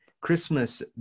Christmas